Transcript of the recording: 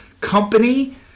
company